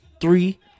Three